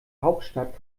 hauptstadt